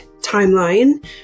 timeline